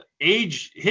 age